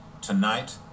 Tonight